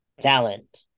talent